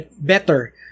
better